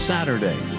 Saturday